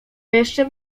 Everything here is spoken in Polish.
jeszcze